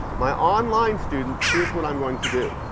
my online students, here's what i'm going to do.